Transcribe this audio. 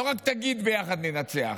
לא רק תגיד "ביחד ננצח".